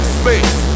space